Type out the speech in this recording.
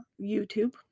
youtube